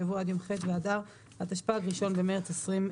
יבוא "עד יום ח' באדר התשפ"ג (1 במרץ 2023)"."